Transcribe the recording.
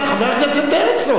חבר הכנסת הרצוג,